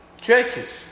churches